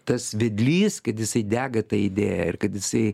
tas vedlys kad jisai dega ta idėja ir kad jisai